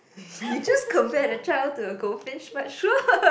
you just compare the child to a goldfish but sure